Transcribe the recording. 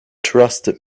trusted